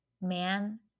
man